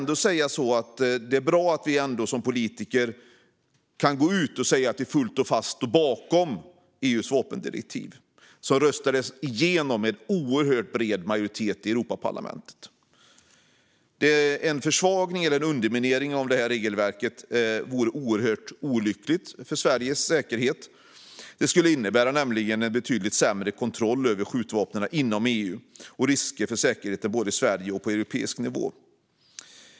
Det är bra att vi som politiker kan gå ut och säga att vi fullt och fast står bakom EU:s vapendirektiv, som röstades igenom med oerhört bred majoritet i Europaparlamentet. En försvagning eller en underminering av det här regelverket vore oerhört olycklig för Sveriges säkerhet. Det skulle innebära en betydligt sämre kontroll över skjutvapnen inom EU och risker för säkerheten både i Sverige och på europeisk nivå.